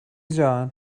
جان